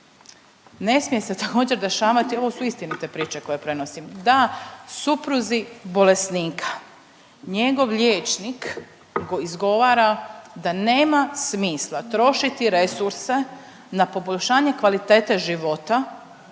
Ne smije se također dešavati, ovo su istinite priče koje prenosim, da supruzi bolesnika njegov liječnik izgovara da nema smisla trošiti resurse na poboljšanje kvalitete života